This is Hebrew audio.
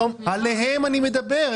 עליהן אני מדבר.